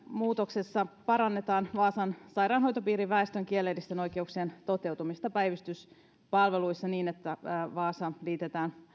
muutoksessahan parannetaan vaasan sairaanhoitopiirin väestön kielellisten oikeuksien toteutumista päivystyspalveluissa niin että vaasa liitetään